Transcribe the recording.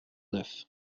neuf